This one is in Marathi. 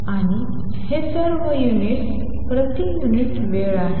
आणि हे सर्व प्रति युनिट वेळ आहे